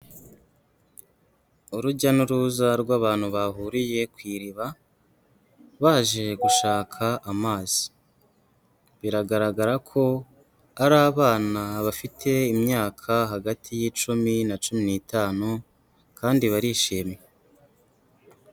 Urujya n'uruza rw'abantu bahuriye ku iriba, baje gushaka amazi. Biragaragara ko ari abana bafite imyaka hagati y'icumi na cumi n'itanu kandi barishimye.